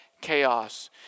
chaos